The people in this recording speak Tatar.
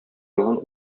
елан